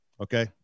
Okay